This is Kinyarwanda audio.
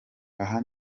aha